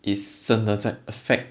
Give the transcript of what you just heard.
is 真的在 affect